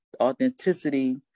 authenticity